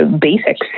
basics